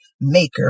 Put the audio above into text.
maker